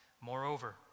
Moreover